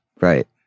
Right